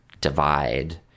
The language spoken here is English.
divide